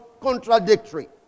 contradictory